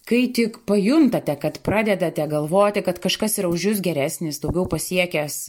kai tik pajuntate kad pradedate galvoti kad kažkas yra už jus geresnis daugiau pasiekęs